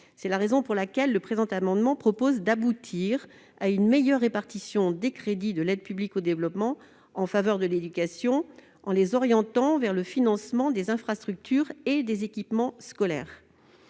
les conditions d'études. Le présent amendement vise donc à aboutir à une meilleure répartition des crédits de l'aide publique au développement en faveur de l'éducation en les orientant vers le financement des infrastructures et des équipements scolaires.